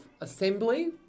assembly